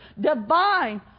divine